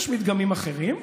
יש מדגמים אחרים,